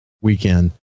weekend